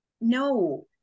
No